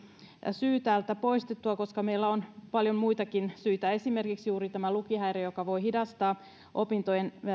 syy täältä poistettua koska meillä on paljon muitakin syitä esimerkiksi juuri tämä lukihäiriö jotka voivat hidastaa opintojen